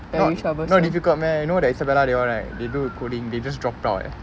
no~ not difficult meh you know the isabella they all right they do the coding they just dropped out eh